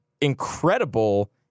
incredible